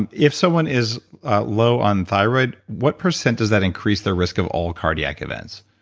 and if someone is low on thyroid, what percent does that increase their risk of all cardiac events?